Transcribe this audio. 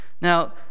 now